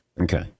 Okay